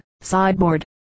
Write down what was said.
sideboard